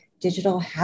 digital